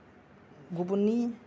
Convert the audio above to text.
गुबुननि